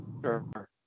Sure